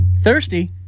Thirsty